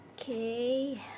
Okay